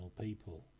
people